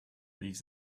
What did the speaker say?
leaves